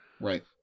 Right